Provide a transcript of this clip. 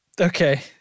Okay